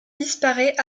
disparait